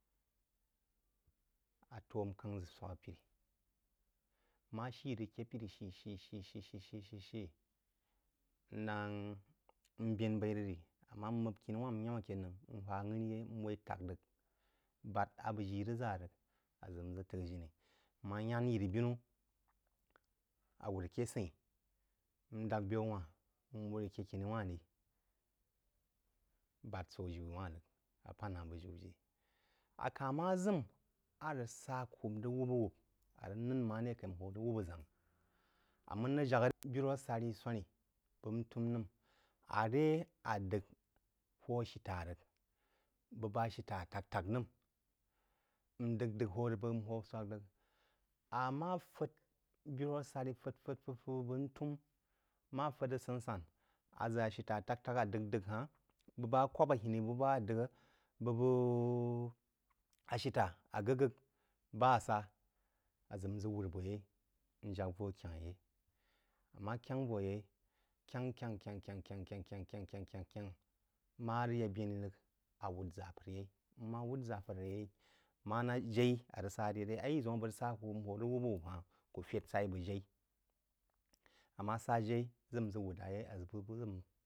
Á tó n káng ʒə swak pirí. Ma shí rəg ake pirí shi shī shī shī shī n náng bēn b’aī rəg rī. Āmmá m’p kiní-wha-n n y’amá ake noū n whá ngha-í yeí n waí ták rəg – bâd á bəg ji rəg ʒá rəg a ʒək n ʒə t’əghá jiri. Ń má yam yiri-binú, á wūr aké asəin-ī, n dāgk byaù wanh, n wūr aké kini wahn bād sō jiú wān rəg – a pān nā bujiú ji. Aká má ʒəm a rəg sa ku rəg wūb-wūb a rəg nāngh marē kai n hō rəg wūb-aʒáng-a mən rəg jak biru a sarí swání bəg htōōm nəm. Àré à d’əgh hō ashitá rəg bəg bá ahira a tak-tak nəm. Ǹ d’əgh d’əgh hō bəg rəg n hō bəg swak rəg ammá fād birú asarí rəg fād fād fād fād rəg bəg ntōōm ma fād rəg səsa ʒa ashita a tak-tak ad’əgh d’əgh bəs ba ashita a gh’əgh’ə bá asá a ʒə n ʒək wur abō yeí n jak vō kyení abo yeí. Ń ma kyengh vō yeí kyèn kyengh kyēngh kyēngh má rəg yak bēn rəg ā wūd ʒapər yeí n ma wūd ʒapər yeí n ma wūd ʒa pər rəg yeí mana jaí a rəg sa ri ré – ayi ʒəun a bəg rəg sá kú n hō rəg wūb-wūb ha-hn ku fēd sa-í bəg jaí. Ammá sá jaiʒə nʒə wūd ra yeí